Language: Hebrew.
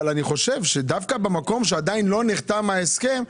אבל אני חושב שדווקא במקום שעדיין לא נחתם ההסכם,